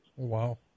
Wow